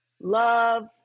Love